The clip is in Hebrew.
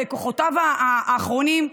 בכוחותיו האחרונים,